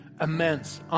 immense